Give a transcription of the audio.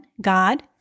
God